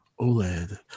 oled